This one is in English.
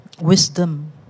wisdom